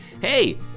Hey